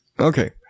okay